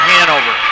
Hanover